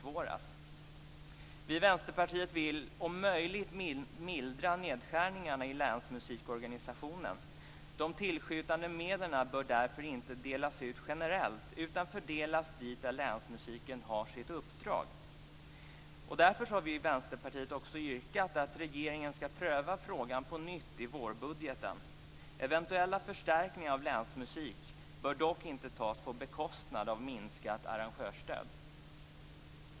Vi i Vänsterpartiet vill om möjligt mildra nedskärningarna i länsmusikorganisationen. De tillskjutna medlen bör därför inte delas ut generellt, utan fördelas där länsmusiken har sitt uppdrag. Därför har vi i Vänsterpartiet också yrkat att regeringen skall pröva frågan på nytt i vårbudgeten. Eventuella förstärkningar av länsmusik bör dock inte göras på bekostnad av minskat arrangörsstöd.